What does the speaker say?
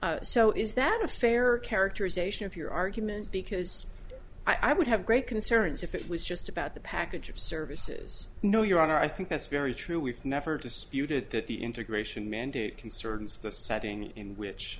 so is that a fair characterization of your argument because i would have great concerns if it was just about the package of services no your honor i think that's very true we've never disputed that the integration mandate concerns the setting in